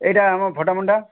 ଏଇଟା ଆମ ଫୋଟମୁଣ୍ଡା